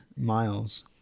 Miles